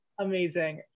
Amazing